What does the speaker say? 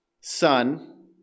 son